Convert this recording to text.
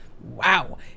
Wow